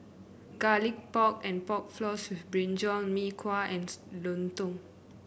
Garlic Pork and Pork Floss with brinjal Mee Kuah and lontong